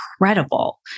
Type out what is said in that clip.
incredible